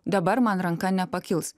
dabar man ranka nepakils